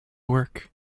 work